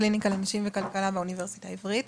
הקליניקה לנשים וכלכלה באוניברסיטה העברית,